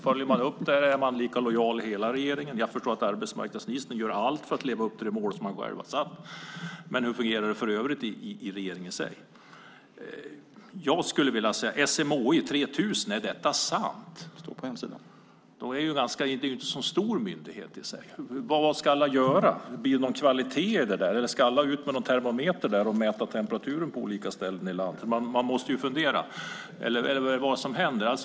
Följer man upp, och är man lika lojal i hela regeringen? Jag förstår att arbetsmarknadsministern gör allt för att leva upp till det mål som han själv har satt upp. Men hur fungerar det i övrigt i regeringen? SMHI skulle ta emot 3 000 - är detta sant? Det är inte en så stor myndighet. Vad ska alla göra? Blir det någon kvalitet i det, eller ska alla ut med en termometer och mäta temperaturen på olika ställen i landet? Vad är det som händer?